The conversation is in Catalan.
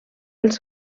els